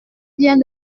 bien